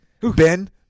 Ben